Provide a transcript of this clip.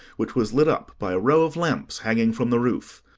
which was lit up by a row of lamps hanging from the roof.